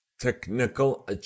technical